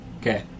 Okay